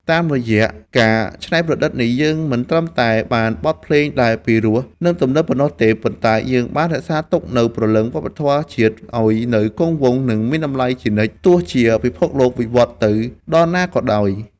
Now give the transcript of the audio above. តាមរយៈការច្នៃប្រឌិតនេះ យើងមិនត្រឹមតែបានបទភ្លេងដែលពីរោះ និងទំនើបប៉ុណ្ណោះទេ ប៉ុន្តែយើងបានរក្សាទុកនូវព្រលឹងវប្បធម៌ជាតិឱ្យនៅគង់វង្ស និងមានតម្លៃជានិច្ចទោះជាពិភពលោកវិវត្តទៅដល់ណាក៏ដោយ។